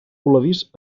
voladís